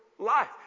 Life